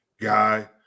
guy